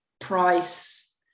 Price